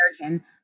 American